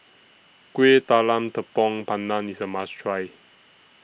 Kuih Talam Tepong Pandan IS A must Try